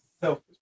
selfish